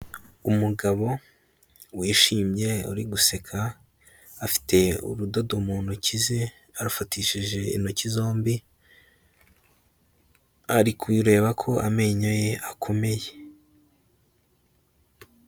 Umugabo wishimye uri guseka, afite urudodo mu ntoki ze, arufatishije intoki zombi, ari kureba ko amenyo ye akomeye.